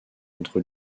entre